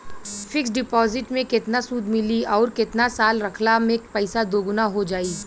Fix deposit मे केतना सूद मिली आउर केतना साल रखला मे पैसा दोगुना हो जायी?